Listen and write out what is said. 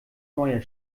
neuer